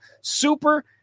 Super